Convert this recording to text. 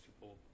people